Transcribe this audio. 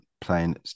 playing